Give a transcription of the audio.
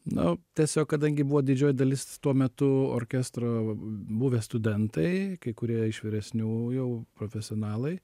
no tiesiog kadangi buvo didžio dalis tuo metu orkestro buvę studentai kai kurie iš vyresnių jau profesionalai